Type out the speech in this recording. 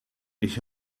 ich